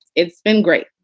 it's been great.